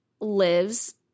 lives